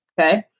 okay